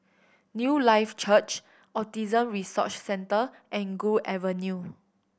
Newlife Church Autism Resource Centre and Gul Avenue